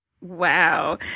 Wow